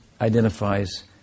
identifies